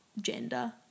gender